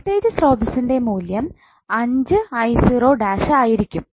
voltage സ്രോതസ്സ്ന്റെ മൂല്യം 5𝑖0′ ആയിരിക്കും